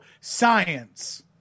science